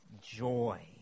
joy